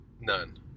None